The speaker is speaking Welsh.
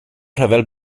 rhyfel